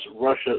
Russia